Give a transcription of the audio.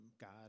God